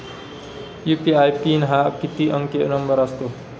UPI PIN हा किती अंकी नंबर असतो?